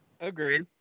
Agreed